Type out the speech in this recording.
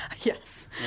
Yes